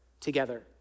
together